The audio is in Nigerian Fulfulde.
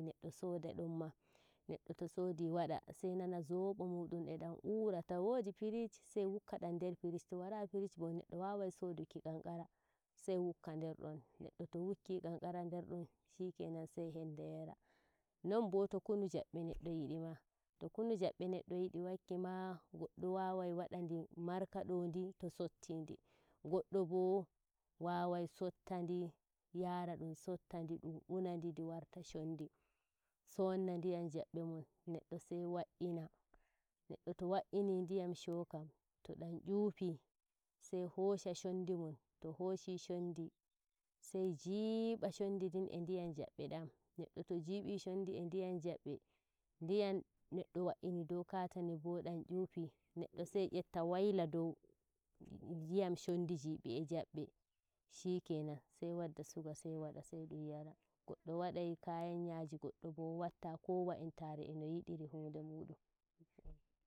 Neɗɗo soda donma, to sodi wada sai non a zobo muɗɗum e dani uura towoɗi firic sai wukka dam nder firic to waja firic bo neddo wawai soduki qanqara sai wuka nder don neddo to wukki qanqara eder don shikenan sai henda yara. Non bo to kunu jabbe neddo yidi ma to kunu jaɓɓe neɗɗo yidi wakki ma goɗɗo wawai waɗa ndi markade ndi to sotti ndi ɗum unadi ndi wawai sotta ndi ɗum unadi nadi warta shondi sonna ndiyam jabbe mun neɗɗo sai wa'ina. Neddo to wa'ini ndiyam shokam to dam nyufi sai hosha shondi mum to Hoshi shondi sai jiiba shondi din e ndyiyam jabbe ɗam. Neɗɗo to jibi shondi e ndiyam jaɓɓe ndiyam neɗɗo wa'ini dow katane bo dam yuufi neɗɗo sai yetta waila dow ndiyam shondi jibi e jabbe shikenan sai wadda suga sai wada sai dum yara. Goddo wadai kayan yaji goɗɗo bo watta, kowa entare e no yidiri hunde muɗun.